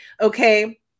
Okay